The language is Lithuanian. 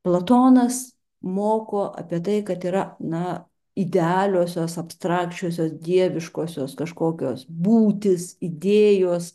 platonas moko apie tai kad yra na idealiosios abstrakčiosios dieviškosios kažkokios būtys idėjos